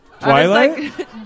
twilight